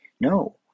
No